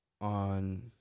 on